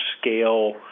scale